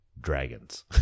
Dragons